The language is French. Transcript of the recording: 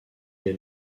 est